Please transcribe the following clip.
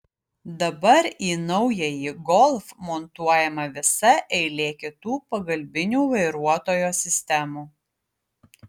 dabar į naująjį golf montuojama visa eilė kitų pagalbinių vairuotojo sistemų